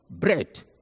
bread